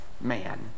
man